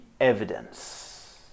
evidence